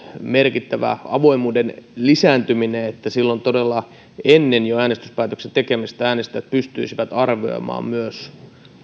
merkittävä avoimuuden lisääntyminen että silloin todella jo ennen äänestyspäätöksensä tekemistä äänestäjät pystyisivät arvioimaan myös